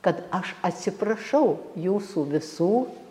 kad aš atsiprašau jūsų visų